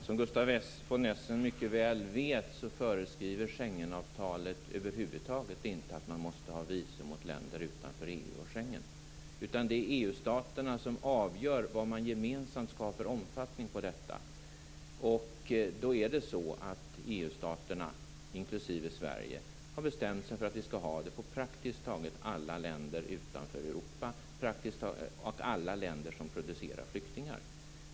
Fru talman! Som Gustaf von Essen mycket väl vet föreskriver Schengenavtalet över huvud taget inte att resande från länder utanför EU och Schengenområdet måste ha visum. Det är EU-staterna som avgör vilken omfattning man gemensamt skall ha på detta, och EU staterna inklusive Sverige har bestämt sig för att ha visumtvång vad gäller praktiskt taget alla länder utanför Europa och alla länder som producerar flyktingar.